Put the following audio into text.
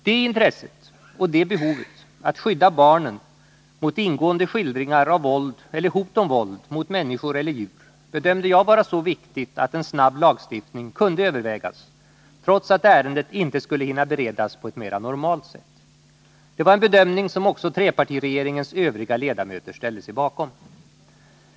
Det intresset och det behovet — att skydda barnen mot ingående skildringar av våld eller hot om våld mot människor eller djur — bedömde jag vara så viktigt att en snabb lagstiftning kunde övervägas trots att ärendet inte skulle hinna beredas på ett mer normalt sätt. Det var en bedömning som också trepartiregeringens övriga ledamöter ställde sig bakom.